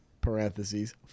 parentheses